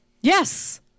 yes